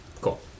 Cool